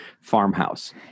farmhouse